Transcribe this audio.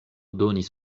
donis